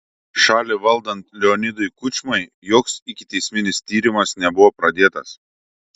šalį valdant leonidui kučmai joks ikiteisminis tyrimas nebuvo pradėtas